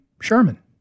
Sherman